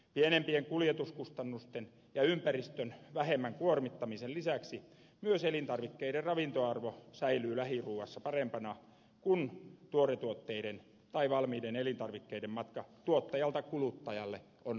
pienempien kuljetuskustannusten ja ympäristön vähemmän kuormittamisen lisäksi myös elintarvikkeiden ravintoarvo säilyy lähiruuassa parempana kun tuoretuotteiden tai valmiiden elintarvikkeiden matka tuottajalta kuluttajalle on mahdollisimman lyhyt